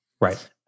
Right